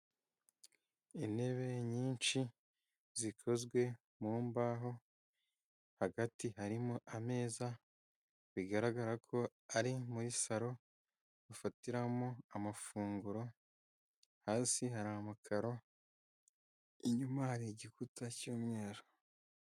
Intebe nyinshi zikozwe mu mbaho hagati harimo ameza bigaragara ko ari muri saro bafatiramo amafunguro hasi hari amakararo, inyuma hari igikuta cy'umweru.